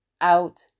out